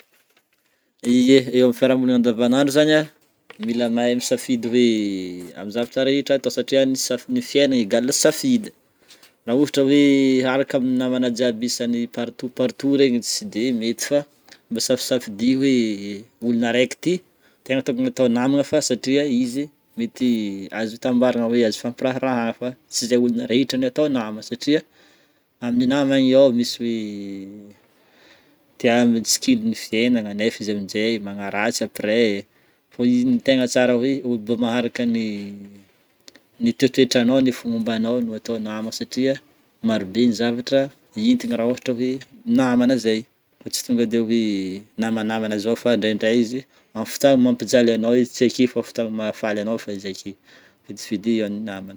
Ye, eo amin'ny firahamonina andavanandro zany a mila mahay misafidy hoe amin'ny zavatra rehetra atao satria ny sa- ny fiaignana égale safidy. Raha ohatra hoe hiaraka amin'ny namana jiaby isany partout partout regny tsy de mety fa mba safisafidio hoe olona araiky ty tegna tokony atao namagna fa satria izy mety azo hitambaragna, hoe azo hifampiraharahana fa tsy izay olona rehetra no atao namana satria amin'ny namagny ao misy tia mitsikilo ny fiaignana nefa izy amin'jay magnaratsy après fo izy ny tegna tsara hoe olo mbô maharaka ny ny toetoetranao, ny fomombanao no atao namagna satria maro be ny zavatra entigny raha ohatra hoe namana zay fa tsy tonga de hoe namanamana zao fa ndraindray izy amin'ny fotoagna mampijaly anao izy tsy ake fa fotoagna mahafaly anao fo izy ake. Fidifidio ihany ny namana.